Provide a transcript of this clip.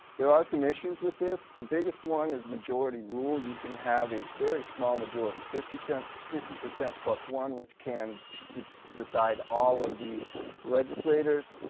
there are some issues with this. the biggest one is majority rule. you can have a very small majority, fifty percent fifty percent plus one, which can decide all of the legislators,